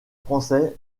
français